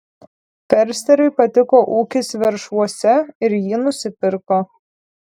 fersteriui patiko ūkis veršvuose ir jį nusipirko